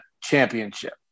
championship